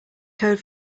code